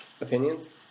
Opinions